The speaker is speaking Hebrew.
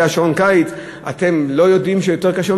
שעון הקיץ: אתם לא יודעים שיותר קשה?